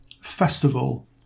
festival